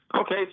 Okay